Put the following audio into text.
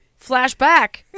Flashback